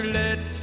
let